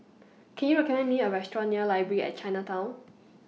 Can YOU recommend Me A Restaurant near Library At Chinatown